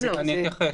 אני אתייחס.